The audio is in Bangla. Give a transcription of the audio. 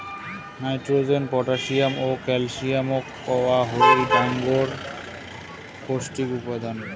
নাইট্রোজেন, পটাশিয়াম ও ক্যালসিয়ামক কওয়া হই ডাঙর পৌষ্টিক উপাদান